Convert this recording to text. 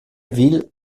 ville